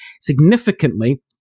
significantly